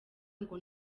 ngo